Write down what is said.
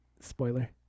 Spoiler